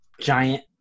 giant